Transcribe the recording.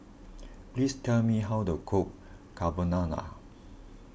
please tell me how to cook Carbonara